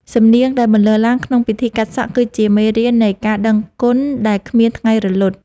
សំនៀងដែលបន្លឺឡើងក្នុងពិធីកាត់សក់ គឺជាមេរៀននៃការដឹងគុណដែលគ្មានថ្ងៃរលត់។